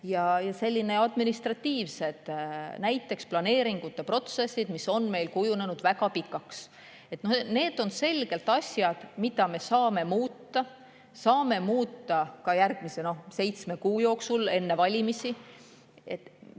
ja sellised administratiivsed, näiteks planeeringute protsessid, mis on meil kujunenud väga pikaks. Need on selgelt asjad, mida me saame muuta, saame muuta ka järgmise seitsme kuu jooksul enne valimisi,